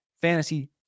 fantasy